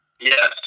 Yes